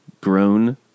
grown